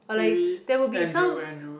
maybe Andrew Andrew